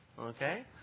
okay